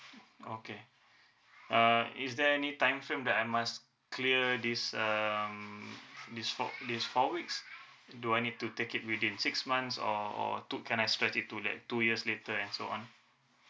okay uh is there any time frame that I must clear this um this four this four weeks do I need to take it within six months or or two can I spread it to like two years later and so on